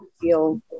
feel